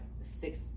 six